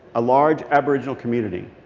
a large aboriginal community.